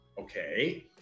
Okay